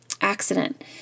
accident